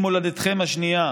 היא מולדתכם השנייה.